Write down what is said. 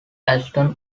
ashton